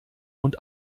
und